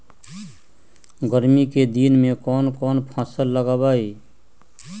गर्मी के दिन में कौन कौन फसल लगबई?